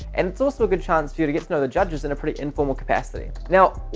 and it's also a good chance for you to get to know the judges in a pretty informal capacity. now,